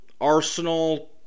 Arsenal